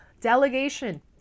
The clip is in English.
Delegation